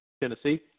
Tennessee